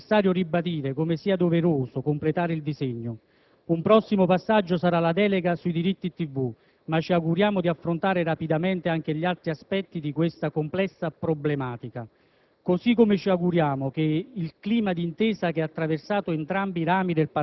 Pertanto, proprio quando il primo tassello di questo *puzzle* viene approvato, è necessario ribadire come sia doveroso completare il disegno: un prossimo passaggio sarà la delega sui diritti televisivi, ma ci auguriamo di affrontare rapidamente anche gli altri aspetti di questa complessa problematica.